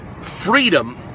freedom